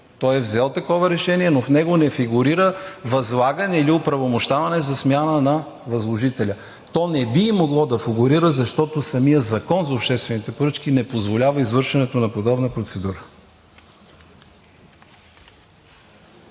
Той е взел такова решение, но в него не фигурира възлагане или оправомощаване за смяна на възложителя. То не би и могло да фигурира, защото самият закон за обществените поръчки не позволява извършването на подобна процедура.